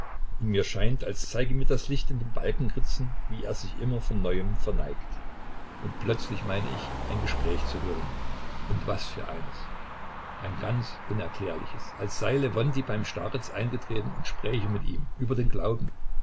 mir scheint als zeige mir das licht in den balkenritzen wie er sich immer von neuem verneigt und plötzlich meine ich ein gespräch zu hören und was für eines ein ganz unerklärliches als sei lewontij beim starez eingetreten und spräche mit ihm über den glauben